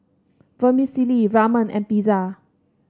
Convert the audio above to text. Vermicelli Ramen and Pizza